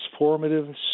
transformative